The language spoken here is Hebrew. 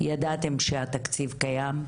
ידעתם שהתקציב קיים.